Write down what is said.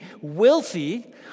wealthy